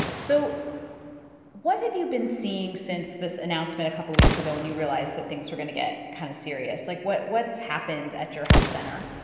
so what have you been seeing since this announcement a couple weeks ago when you realized that things were going to get kind of serious? like, what's happened at your health center?